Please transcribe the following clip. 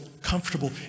comfortable